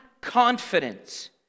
confidence